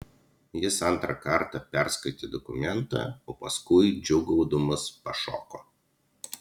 jis antrą kartą perskaitė dokumentą o paskui džiūgaudamas pašoko